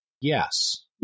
yes